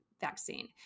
vaccine